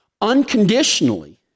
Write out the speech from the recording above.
unconditionally